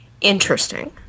interesting